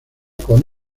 con